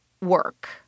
work